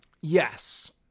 Yes